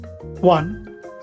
One